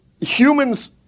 humans